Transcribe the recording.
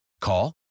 Call